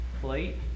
plate